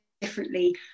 differently